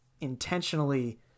intentionally